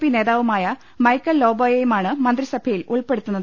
P നേതാവുമായ Michael ലോബോയെയുമാണ് മന്ത്രിസഭയിൽ ഉൾപ്പെടുത്തുന്നത്